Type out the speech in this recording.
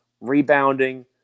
rebounding